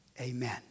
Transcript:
amen